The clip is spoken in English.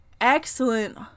excellent